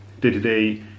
day-to-day